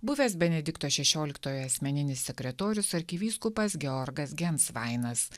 buvęs benedikto šešioliktojo asmeninis sekretorius arkivyskupas georgas gensvainas